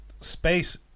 space